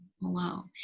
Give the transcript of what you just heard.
Wow